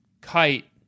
kite